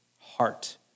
heart